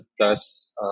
plus